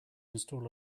install